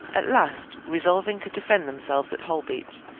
at last, resolving to defend themselves at holbeach,